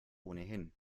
ohnehin